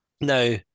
Now